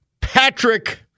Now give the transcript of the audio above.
Patrick